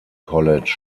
college